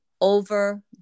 over